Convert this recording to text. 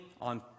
on